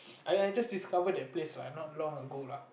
I I just discovered that place not long ago lah